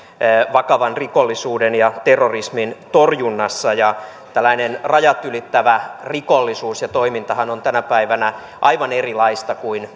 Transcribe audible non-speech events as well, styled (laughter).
vakavan rikollisuuden ja terrorismin torjunnassa tällainen rajat ylittävä rikollisuus ja toimintahan on tänä päivänä aivan erilaista kuin (unintelligible)